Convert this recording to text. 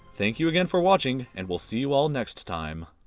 thank you again for watching, and we'll see you all next time.